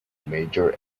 major